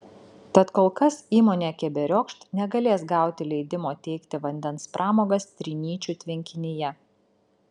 tad kol kas įmonė keberiokšt negalės gauti leidimo teikti vandens pramogas trinyčių tvenkinyje